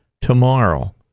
tomorrow